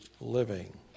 living